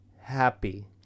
happy